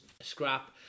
scrap